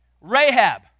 Rahab